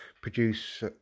produce